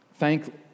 Thank